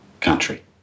country